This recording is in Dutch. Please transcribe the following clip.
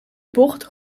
bocht